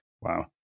Wow